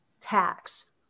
tax